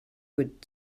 would